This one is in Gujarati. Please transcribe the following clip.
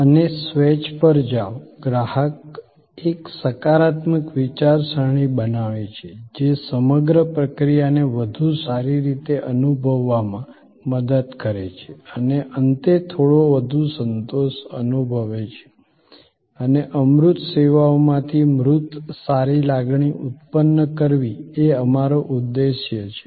અને સ્વેજ પર જાઓ ગ્રાહક એક સકારાત્મક વિચારસરણી બનાવે છે જે સમગ્ર પ્રક્રિયાને વધુ સારી રીતે અનુભવવામાં મદદ કરે છે અને અંતે થોડો વધુ સંતોષ અનુભવે છે અને અમૂર્ત સેવાઓમાંથી મૂર્ત સારી લાગણી ઉત્પન્ન કરવી એ અમારો ઉદ્દેશ્ય છે